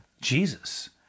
Jesus